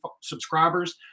subscribers